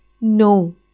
No